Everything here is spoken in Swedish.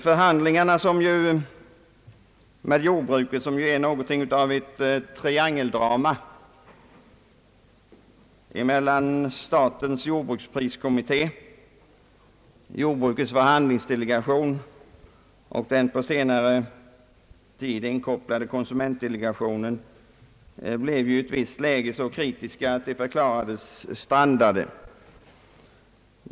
Förhandlingarna med jordbruket, som är någonting av ett triangeldrama mellan statens jordbrukspriskommitté, jordbrukets förhandlingsdelegation och den på senare tid inkopplade konsumentdelegationen, blev ju i ett visst läge så kritiska att de förklarades strandade.